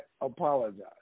apologize